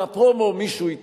זה שני דברים שונים.